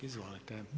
Izvolite.